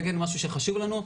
זה כן משהו שחשוב לנו,